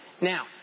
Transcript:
Now